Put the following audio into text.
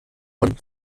von